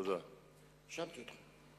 תודה רבה.